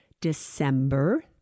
December